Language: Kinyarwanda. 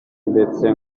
ndetse